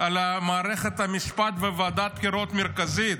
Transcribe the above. על מערכת המשפט וועדת הבחירות המרכזית?